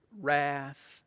wrath